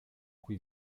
qui